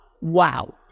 Wow